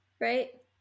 right